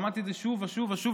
שמעתי את זה שוב ושוב ושוב,